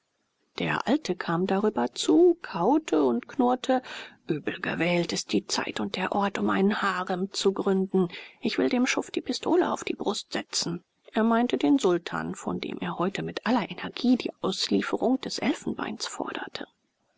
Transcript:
der alte kam darüber zu kaute und knurrte übel gewählt ist die zeit und der ort um einen harem zu gründen ich will dem schuft die pistole auf die brust setzen er meinte den sultan von dem er heute mit aller energie die auslieferung des elfenbeins forderte